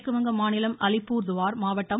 மேற்கு வங்க மாநிலம் அலிப்புர்துவார் மாவட்டம்